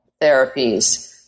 therapies